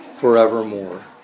forevermore